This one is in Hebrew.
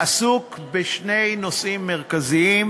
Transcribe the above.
עסוק בשני נושאים מרכזיים: